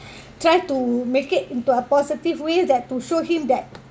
try to make it into a positive way that to show him that